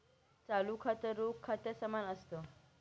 चालू खातं, रोख खात्या समान असत